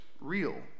real